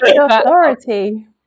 authority